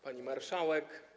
Pani Marszałek!